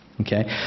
okay